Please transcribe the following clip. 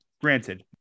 granted